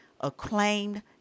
acclaimed